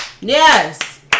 yes